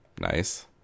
nice